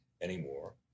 anymore